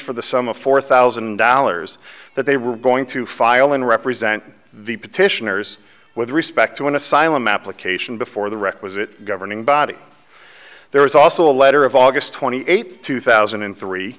for the sum of four thousand dollars that they were going to file in represent the petitioners with respect to an asylum application before the requisite governing body there was also a letter of august twenty eighth two thousand and three